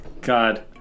God